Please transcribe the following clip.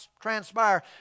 transpire